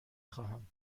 خواهم